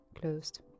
closed